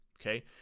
Okay